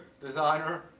designer